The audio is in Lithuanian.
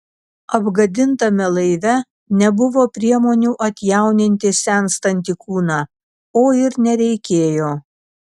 apgadintame laive nebuvo priemonių atjauninti senstantį kūną o ir nereikėjo